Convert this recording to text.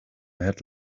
had